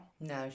No